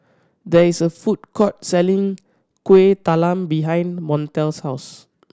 there is a food court selling Kuih Talam behind Montel's house